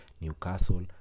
Newcastle